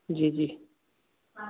जी जी